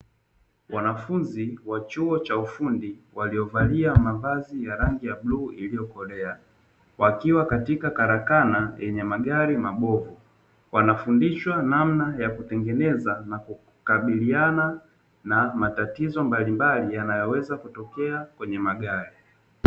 Wanafunzi wa chuo cha ufundi waliovalia mavazi ya rangi ya bluu iliyokolea, wakiwa katika karakana yenye magari mabovu, wanafundishwa namba ya kutengeneza na kukabiliana na matatizo mbalimbali yanayoweza kutokea kwenye magari.